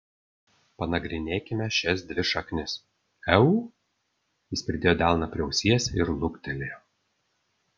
panagrinėkime šias dvi šaknis eu jis pridėjo delną prie ausies ir luktelėjo